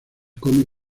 come